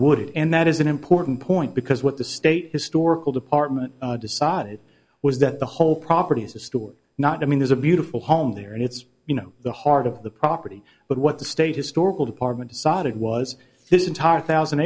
it and that is an important point because what the state historical department decided was that the whole property is a story not i mean there's a beautiful home there and it's you know the heart of the property but what the state historical department decided was this entire thousand